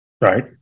right